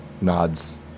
nods